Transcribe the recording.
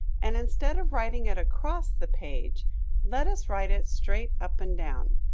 and instead of writing it across the page let us write it straight up and down.